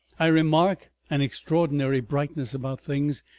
i remark an extraordinary brightness about things.